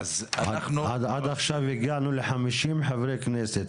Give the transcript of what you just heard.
עד עכשיו הגענו לחמישים חברי כנסת,